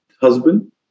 husband